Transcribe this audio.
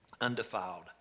undefiled